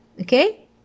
Okay